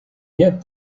get